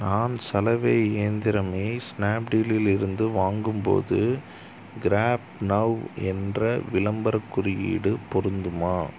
நான் சலவை இயந்திரம் ஐ ஸ்னேப்டீலில் இருந்து வாங்கும் போது க்ராப் நவ் என்ற விளம்பர குறியீடு பொருந்துமா